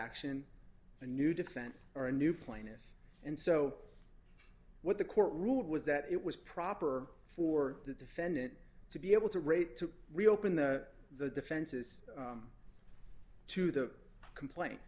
action a new defense or a new plaintiff and so what the court ruled was that it was proper for the defendant to be able to rape to reopen that the defenses to the complain